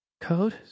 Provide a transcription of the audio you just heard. Code